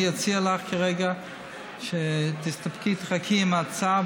אני אציע לך כרגע שתחכי עם ההצעה,